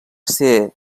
ser